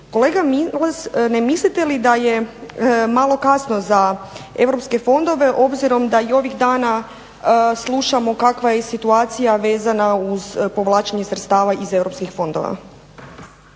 Milas, ne mislite li da je malo kasno za europske fondove obzirom da i ovih dana slušamo kakva je situacija vezana uz povlačenje sredstava iz europskih fondova?